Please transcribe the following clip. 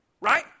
right